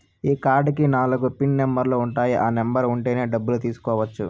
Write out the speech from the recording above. ఈ కార్డ్ కి నాలుగు పిన్ నెంబర్లు ఉంటాయి ఆ నెంబర్ ఉంటేనే డబ్బులు తీసుకోవచ్చు